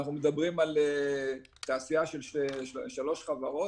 אנחנו מדברים על תעשייה של שלוש חברות